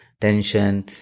tension